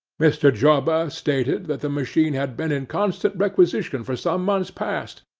mr. jobba stated that the machine had been in constant requisition for some months past,